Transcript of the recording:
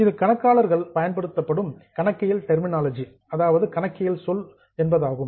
இது கணக்காளர்கள் பயன்படுத்தும் கணக்கியல் ட்டர்மினோலஜி சொல் ஆகும்